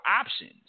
options